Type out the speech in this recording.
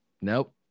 nope